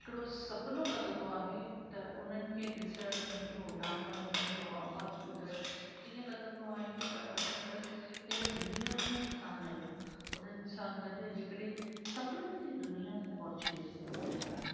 हिकिड़ो सुपिनो लॻंदो आहे त उन्हनि खे ॾिसणु उन्हनि जो उॾामण उन्हनि जो आवाज़ु ॿुधणु ईअं लॻंदो आहे त असां बसि हिन दुनिया में ई कोन आहियूं उन्हनि सां गॾु हिकिड़े सुपिननि जी दुनिया में पहुची विया आहियूं